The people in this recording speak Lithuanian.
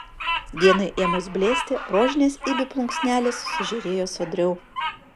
dienai ėmus blėsti rožinės ibių plunksnelės sužėrėjo sodriau